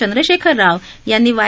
चंद्रशेखर राव यांनी वाय